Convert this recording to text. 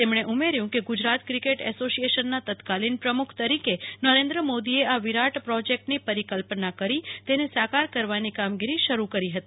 તેમણે કહ્યું કે ગુજરાત ક્રિકેટ એસોસિયેશનના તત્કાલિન પ્રમુખ તરીકેનરેન્દ્ર મોદીએ આ વિરાટ પ્રોજેકટની પરિકલ્પના કરી તેને સાકાર કરવાની કામગીરી શરૂકરી દીધી હતી